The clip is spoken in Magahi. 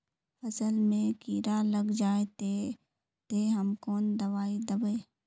फसल में कीड़ा लग जाए ते, ते हम कौन दबाई दबे?